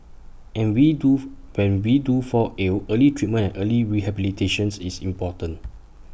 and we do when we do fall ill early treatment early rehabilitation is important